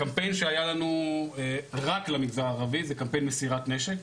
קמפיין שהיה לנו רק למגזר הערבי זה קמפיין מסירת נשק.